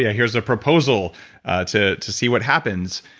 yeah here's a proposal to to see what happens.